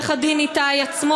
לעורך-הדין איתי עצמון,